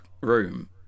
room